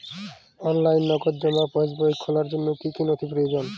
অনলাইনে নগদ জমা পাসবই খোলার জন্য কী কী নথি প্রয়োজন?